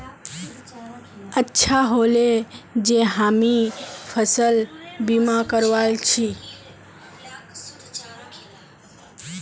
अच्छा ह ले जे हामी फसल बीमा करवाल छि